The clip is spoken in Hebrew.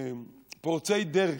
פורצי דרך.